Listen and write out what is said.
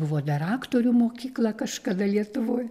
buvo dar aktorių mokykla kažkada lietuvoj